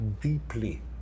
deeply